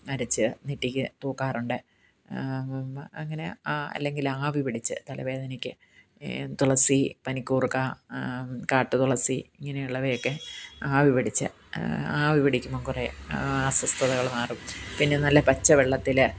അരച്ച് നെറ്റിക്ക് തൂക്കാറുണ്ട് അങ്ങനെ അല്ലെങ്കിൽ ആവി പിടിച്ച് തലവേദനയ്ക്ക് തുളസി പനിക്കൂർക്ക കാട്ടു തുളസി ഇങ്ങനെയുള്ളവയൊക്കെ ആവി പിടിച്ച് ആവി പിടിക്കുമ്പോൾ കുറേ അസ്വസ്ഥകൾ മാറും പിന്നെ നല്ല പച്ച വെള്ളത്തിൽ